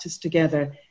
together